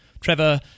trevor